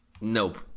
Nope